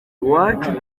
iwacu